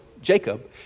Jacob